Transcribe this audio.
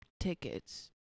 Tickets